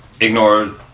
ignore